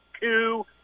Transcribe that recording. coup